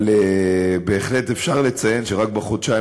אבל בהחלט אפשר לציין שרק בחודשיים